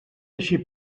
eixir